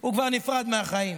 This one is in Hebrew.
הוא כבר נפרד מהחיים,